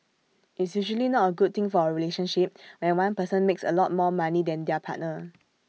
it's usually not A good thing for A relationship when one person makes A lot more money than their partner